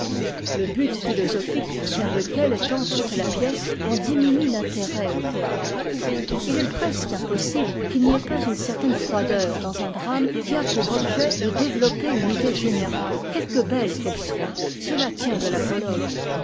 le but philosophique vers lequel tend toute la pièce en diminue l'intérêt au théâtre il est presque impossible qu'il n'y ait pas une certaine froideur dans un drame qui a pour objet de développer une idée générale quelque belle qu'elle soit cela tient de l'apologue